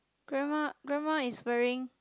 grandma grandma is wearing